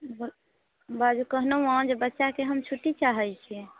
कहलहुँ हँ जे हम बच्चाके हम छुट्टी चाहैत छी